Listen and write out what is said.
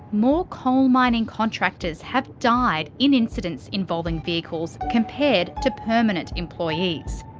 more coal mining contractors have died in incidents involving vehicles compared to permanent employees.